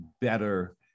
better